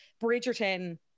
Bridgerton